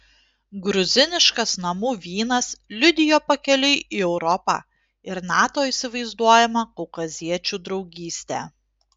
gruziniškas namų vynas liudijo pakeliui į europą ir nato įsivaizduojamą kaukaziečių draugystę